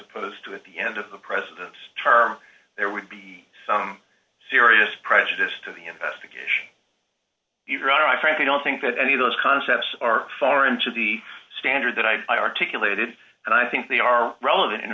opposed to at the end of the president's term there would be some serious prejudice to the investigation either i frankly don't think that any of those concepts are foreign to the standard that i had articulated and i think they are relevant